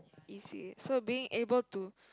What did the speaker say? is it so being able to